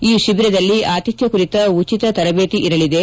ಈ ಶಿಬಿರದಲ್ಲಿ ಆತಿಥ್ಠ ಕುರಿತ ಉಚಿತ ತರಬೇತಿ ಇರಲಿದೆ